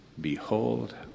Behold